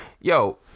yo